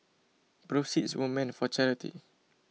proceeds were meant for charity